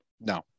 No